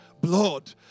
blood